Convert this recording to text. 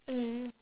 mm